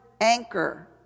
anchor